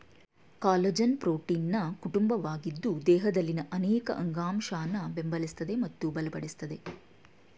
collagen ಪ್ರೋಟೀನ್ನ ಕುಟುಂಬವಾಗಿದ್ದು ದೇಹದಲ್ಲಿನ ಅನೇಕ ಅಂಗಾಂಶನ ಬೆಂಬಲಿಸ್ತದೆ ಮತ್ತು ಬಲಪಡಿಸ್ತದೆ